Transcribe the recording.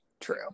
True